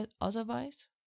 Otherwise